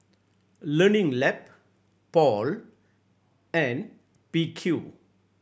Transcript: Learning Lab Paul and P Q